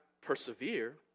persevere